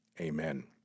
Amen